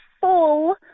full